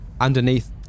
underneath